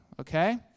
okay